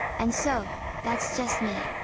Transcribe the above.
and so, that's just me,